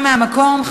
23 בעד, מתנגד אחד.